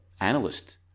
analyst